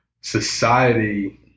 society